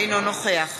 אינו נוכח